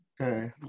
Okay